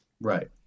Right